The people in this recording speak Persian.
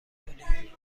کنی